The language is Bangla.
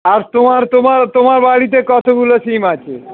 আর তোমার তোমার তোমার বাড়িতে কতোগুলো সিম আছে